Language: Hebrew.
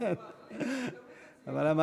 אבל לפחות אצל קאטו זה הצליח בסוף.